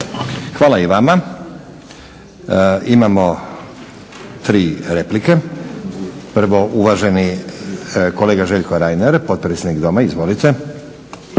Hvala i vama. Imamo tri replike. Prvo uvaženi kolega Željko Reiner, potpredsjednik Doma. Izvolite.